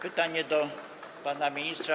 Pytanie do pana ministra.